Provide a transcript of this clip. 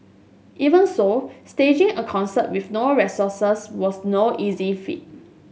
even so staging a concert with no resources was no easy feat